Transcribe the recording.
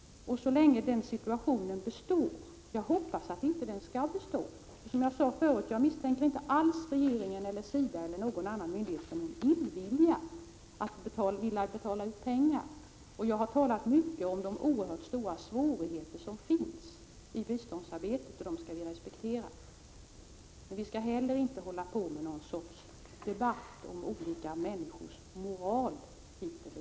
Jag hoppas att denna situation inte skall bestå. Som jag sade förut misstänker jag inte alls att regeringen, SIDA eller någon annan myndighet är illvillig när det gäller att betala ut pengar. Jag har talat mycket om de oerhört stora svårigheter som finns i biståndsarbetet. Detta skall vi tänka på. Men vi skall inte hålla på med någon sorts debatt om olika människors moral hit eller dit.